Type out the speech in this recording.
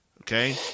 Okay